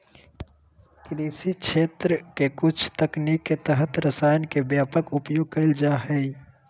कृषि क्षेत्र के कुछ तकनीक के तहत रसायन के व्यापक उपयोग कैल जा हइ